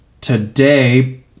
today